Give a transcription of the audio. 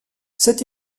cette